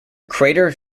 crater